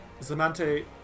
Zamante